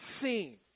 seen